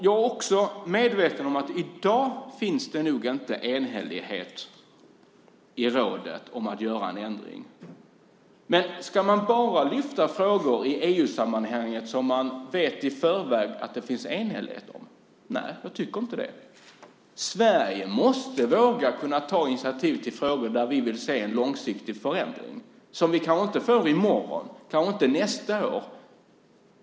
Jag är också medveten om att det i dag nog inte finns enhällighet i rådet om att göra en ändring. Men ska man bara lyfta frågor i EU-sammanhanget som man i förväg vet att det finns enhällighet om? Jag tycker inte det. Sverige måste våga kunna ta initiativ i frågor där vi vill se en långsiktig förändring. Vi kanske inte får den i morgon och kanske inte nästa år.